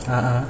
(uh huh)